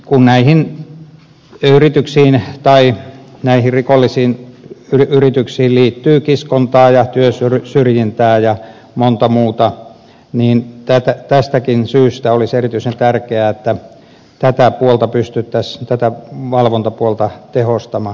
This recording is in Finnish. kun näihin rikollisiin yrityksiin liittyy kiskontaa ja työsyrjintää ja monta muuta niin tästäkin syystä olisi erityisen tärkeää että tätä valvontapuolta pystyttäisiin tehostamaan